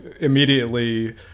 immediately